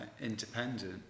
independent